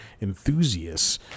enthusiasts